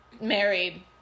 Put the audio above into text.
married